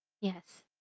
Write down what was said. Yes